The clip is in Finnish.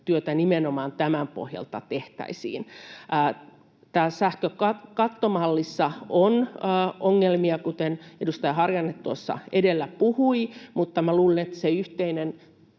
työtä nimenomaan tämän pohjalta tehtäisiin. Tässä sähkökattomallissa on ongelmia, kuten edustaja Harjanne tuossa edellä puhui, mutta luulen, että yhteinen